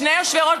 שני יושבי-ראש,